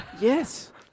Yes